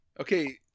Okay